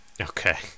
Okay